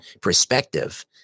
perspective